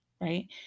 Right